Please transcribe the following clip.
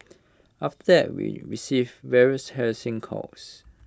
after there we received various harassing calls